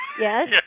Yes